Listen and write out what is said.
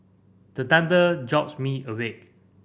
the thunder jolt me awake